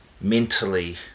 mentally